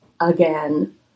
again